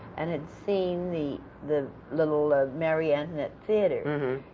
and had seen the the little ah marie antoinette theater.